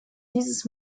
dieses